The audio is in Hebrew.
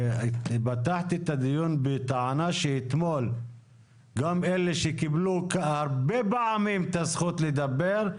פתחתי את הדיון בטענה שאתמול גם אלה שקיבלו הרבה פעמים את הזכות לדבר,